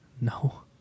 No